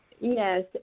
Yes